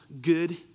good